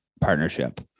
partnership